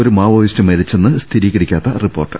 ഒരു മാവോയിസ്റ്റ് മരിച്ചെന്ന് സ്ഥിരീകരി ക്കാത്ത റിപ്പോർട്ട്